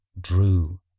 drew